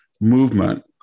movement